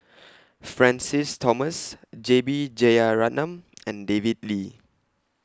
Francis Thomas J B Jeyaretnam and David Lee